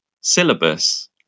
syllabus